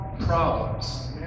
problems